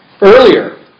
earlier